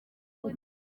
buryo